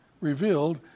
revealed